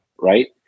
right